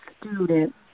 student